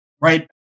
Right